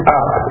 up